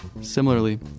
Similarly